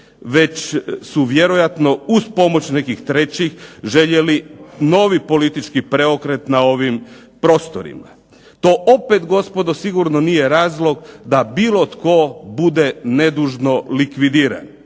Već su vjerojatno uz pomoć nekih trećih željeli novi politički preokret na ovim prostorima. To opet gospodo sigurno nije razlog da bilo tko bude nedužno likvidiran